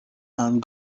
and